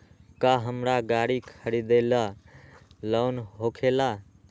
का हमरा गारी खरीदेला लोन होकेला?